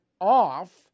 off